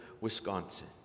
Wisconsin